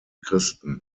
christen